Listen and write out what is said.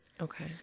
Okay